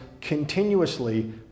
continuously